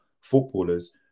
footballers